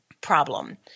problem